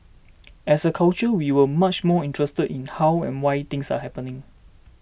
as a culture we will much more interested in how and why things are happening